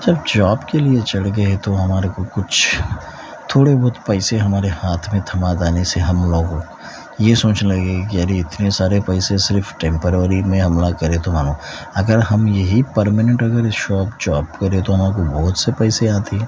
جب جاب کے لیے چڑھ گئے تو ہمارے کو کچھ تھوڑے بہت پیسے ہمارے ہاتھ میں تھما جانے سے ہم لوگ یہ سوچنے لگے کہ ارے اتنے سارے پیسہ صرف ٹیمپروری میں حملہ کرے تو ہاں اگر ہم یہی پرماننٹ اگر شاپ جاب کریں تو ہم کو بہت سارے پیسے آتے